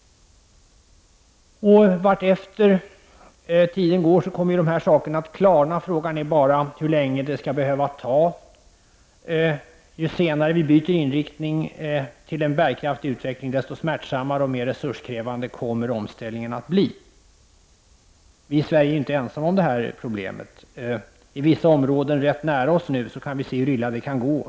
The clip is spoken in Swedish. Vartefter tiden går kommer detta att klarna, frågan är bara hur lång tid det skall behöva ta. Ju senare vi byter inriktning till en bärkraftig utveckling, desto smärtsammare och mer resurskrävande kommer omställningen att bli. Vi är i Sverige inte ensamma om detta problem. I vissa områden rätt nära oss kan vi nu se hur illa det kan gå.